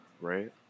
Right